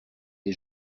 des